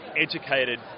educated